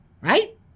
Right